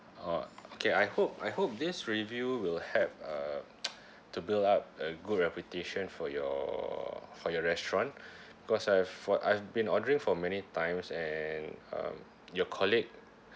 oh okay I hope I hope this review will help uh to build up a good reputation for your for your restaurant because I have fo~ I've been ordering for many times and um your colleague